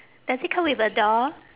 does it come with a doll